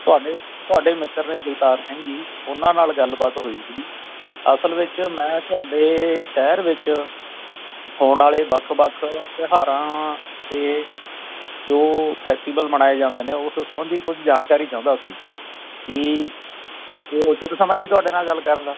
ਤੁਹਾਡੇ ਤੁਹਾਡੇ ਮਿੱਤਰ ਨੇ ਜਗਤਾਰ ਸਿੰਘ ਜੀ ਉਹਨਾਂ ਨਾਲ ਗੱਲਬਾਤ ਹੋਈ ਸੀ ਅਸਲ ਵਿੱਚ ਮੈਂ ਤੁਹਾਡੇ ਸ਼ਹਿਰ ਵਿੱਚ ਹੋਣ ਵਾਲੇ ਵੱਖ ਵੱਖ ਤਿਉਹਾਰਾਂ ਅਤੇ ਜੋ ਫੇਸਟੀਵਾਲ ਮਨਾਏ ਜਾਂਦੇ ਨੇ ਉਸ ਸੰਬੰਧੀ ਕੁਛ ਜਾਣਕਾਰੀ ਚਾਹੁੰਦਾ ਸੀ ਕੀ ਇਹ ਉਚਿਤ ਸਮਾਂ ਜੀ ਤੁਹਾਡੇ ਨਾਲ ਗੱਲ ਕਰਨ ਦਾ